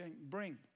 bring